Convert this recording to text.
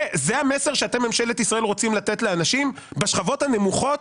זה המסר שאתם בממשלת ישראל רוצים לתת לאנשים בשכבות הנמוכות,